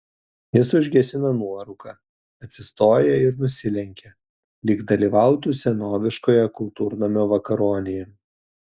jis užgesina nuorūką atsistoja ir nusilenkia lyg dalyvautų senoviškoje kultūrnamio vakaronėje